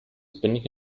spinning